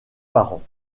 parents